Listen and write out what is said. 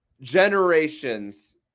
Generations